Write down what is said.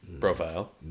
profile